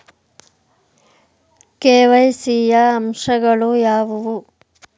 KYC ಯ ಅಂಶಗಳು ಯಾವುವು?